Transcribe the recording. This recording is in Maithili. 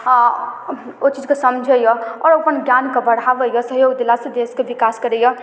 अऽ ओ चीजके समझइए आओर ओ अपन ज्ञानके बढ़ाबय यऽ सहयोग देलासँ देशके विकास करय यऽ